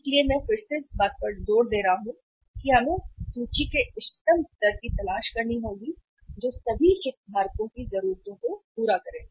इसलिए मैं फिर से इस बात पर जोर दे रहा हूं कि हमें सूची के इष्टतम स्तर की तलाश करनी होगी जो सभी हितधारकों की जरूरतों को पूरा करे